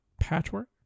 Patchwork